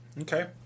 Okay